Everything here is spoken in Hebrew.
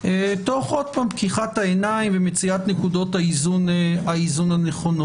תוך פקיחת העיניים ומציאת נקודות האיזון הנכונות.